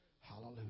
Hallelujah